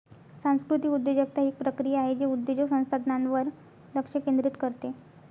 सांस्कृतिक उद्योजकता ही एक प्रक्रिया आहे जे उद्योजक संसाधनांवर लक्ष केंद्रित करते